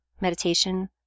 meditation